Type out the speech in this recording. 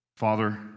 Father